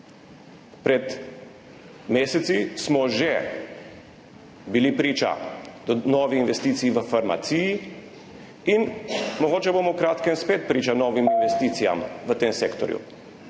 Pred meseci smo že bili priča novi investiciji v farmaciji in mogoče bomo v kratkem spet priča novim investicijam v tem sektorju.